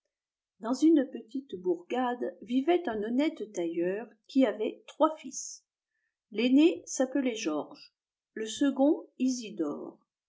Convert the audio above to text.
dans une petite bourgade vivait un honnête tailleur qui avait trois tils l'aîné s'appelait georges le second isidore